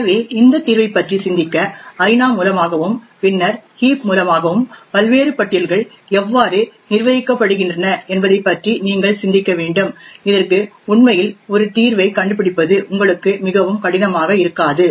எனவே இந்த தீர்வைப் பற்றி சிந்திக்க அரினா மூலமாகவும் பின்னர் ஹீப் மூலமாகவும் பல்வேறு பட்டியல்கள் எவ்வாறு நிர்வகிக்கப்படுகின்றன என்பதைப் பற்றி நீங்கள் சிந்திக்க வேண்டும் இதற்கு உண்மையில் ஒரு தீர்வைக் கண்டுபிடிப்பது உங்களுக்கு மிகவும் கடினமாக இருக்காது